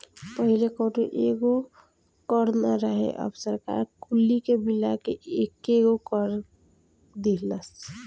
पहिले कौनो एगो कर ना रहे अब सरकार कुली के मिला के एकेगो कर दीहलस